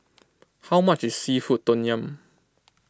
how much is Seafood Tom Yum